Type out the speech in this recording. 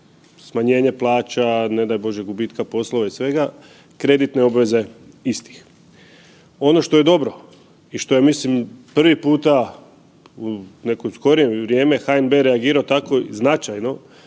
smanjenja plaća, ne daj Bože gubitka posla i svega kreditne obveze istih. Ono što je dobro i što je mislim prvi puta u neko skorije vrijeme HNB reagirao tako značajno